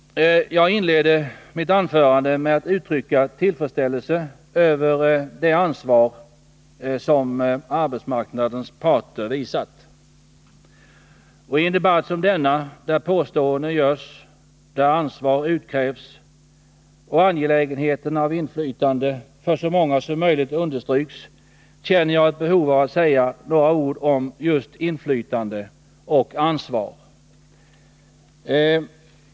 Jag inledde mitt anförande med att uttrycka tillfredsställelse över det ansvar som arbetsmarknadens parter visat. I en debatt som denna, där påståenden görs, där ansvar utkrävs och där angelägenheten av inflytande för så många som möjligt understryks, känner jag ett behov av att säga några ord om just inflytande och ansvar.